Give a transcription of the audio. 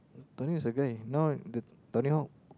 Tony-Hawk is a guy now the Tony-Hawk